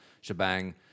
shebang